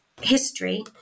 history